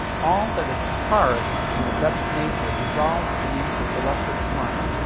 all that is hard in the dutch nature dissolves beneath her reluctant smile.